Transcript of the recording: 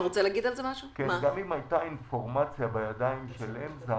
גם אם הייתה אינפורמציה בידיים של אמס"א,